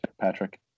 patrick